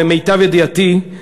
למיטב ידיעתי,